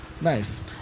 nice